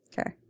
Okay